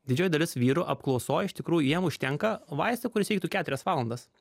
didžioji dalis vyrų apklausoj iš tikrųjų jiem užtenka vaisto kuris veiktų keturias valandas